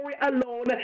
alone